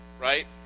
right